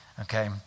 Okay